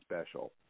special